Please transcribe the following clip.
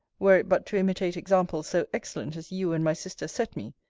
were it but to imitate examples so excellent as you and my sister set me,